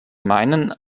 meinen